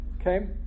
Okay